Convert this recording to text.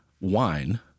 wine